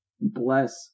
bless